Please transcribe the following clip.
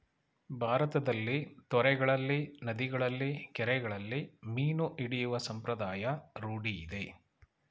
ಭಾರತದಲ್ಲಿ ತೊರೆಗಳಲ್ಲಿ, ನದಿಗಳಲ್ಲಿ, ಕೆರೆಗಳಲ್ಲಿ ಮೀನು ಹಿಡಿಯುವ ಸಂಪ್ರದಾಯ ರೂಢಿಯಿದೆ